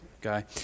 guy